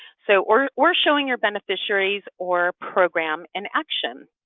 so or or showing your beneficiaries or program in action.